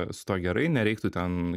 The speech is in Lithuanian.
su tuo gerai nereiktų ten